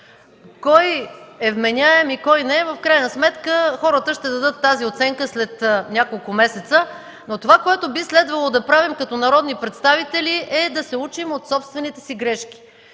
Кой е вменяем и кой не е – в крайна сметка хората ще дадат тази оценка след няколко месеца! Това, което би следвало да правим като народни представители, е да се учим от собствените си грешки.